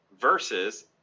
versus